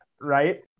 right